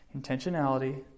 Intentionality